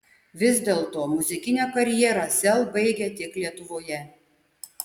vis dėlto muzikinę karjerą sel baigia tik lietuvoje